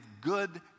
good